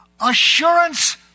assurance